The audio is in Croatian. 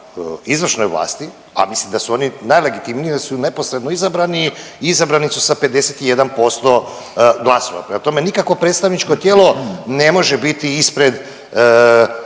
izvršnoj vlasti, a mislim da su oni najlegitimniji, da su neposredno izabrani, izabrani su sa 51% glasova, prema tome nikakvo predstavničko tijelo ne može biti ispred